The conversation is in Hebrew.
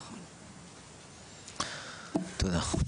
תודה.